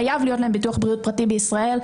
חייב להיות להם ביטוח בריאות פרטי בישראל,